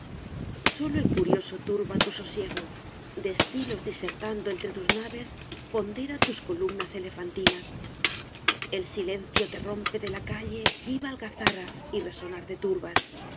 sólo el curioso turba tu sosiego de estilos disertando entre tus naves pondera tus columnas elefantinas el silencio te rompe de la calle viva algazara y resonar de turbas